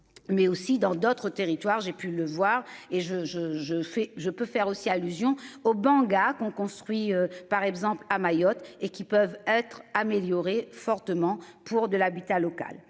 Mais aussi dans d'autres territoires. J'ai pu le voir et je je je fais je peux faire aussi allusion au Banga qu'on construit par exemple à Mayotte, et qui peuvent être améliorées fortement pour de l'habitat local